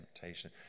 temptation